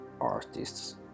artists